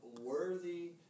worthy